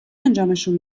انجامشون